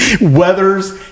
Weathers